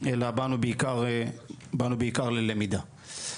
אלא באנו בעיקר ללמידה.